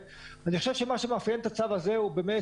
ואני חושב שמה שמאפיין את הצד הזה הוא באמת,